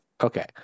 okay